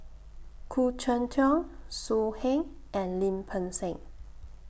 Khoo Cheng Tiong So Heng and Lim Peng Siang